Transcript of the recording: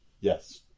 Yes